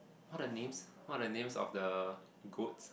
what are the names what are the names of the goats